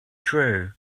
true